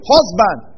Husband